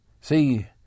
see